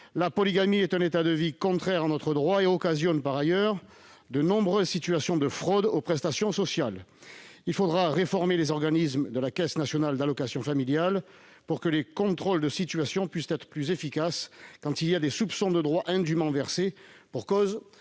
La polygamie est un état de vie contraire à notre droit. Elle occasionne par ailleurs de nombreuses situations de fraude aux prestations sociales. Il faudra réformer les organismes de la Caisse nationale d'allocations familiales pour que les contrôles des situations puissent être plus efficaces lorsque l'on soupçonne que des droits ont été indûment versés pour cause